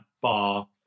bar